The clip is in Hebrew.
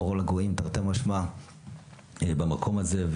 אור לגויים תרתי משמע במקום הזה,